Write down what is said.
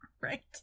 Right